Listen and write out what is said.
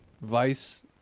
vice